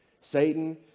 Satan